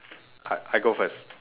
I I go first